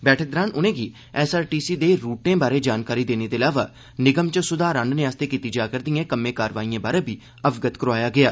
बैठक दौरान उनेंगी एसआरटीसी दे रूटे बारै जानकारी देने दे अलावा निगम च सुधार आनने आस्तै कीती जा करदिए कम्में कारवाइए बारै बी अवगत करोआया गेआ